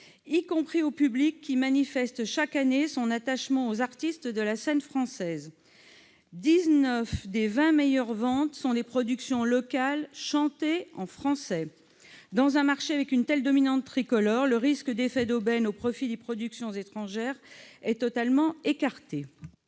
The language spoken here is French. y compris au public qui manifeste chaque année son attachement aux artistes de la scène française : 19 des 20 meilleures ventes sont des productions locales chantées en français. Dans un marché avec une telle dominante tricolore, le risque d'effet d'aubaine au profit des productions étrangères est totalement écarté.